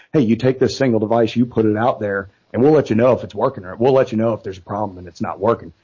hey, you take this single device, you put it out there and we'll let you know if it's working or it will let you know if there's a problem and it's not working,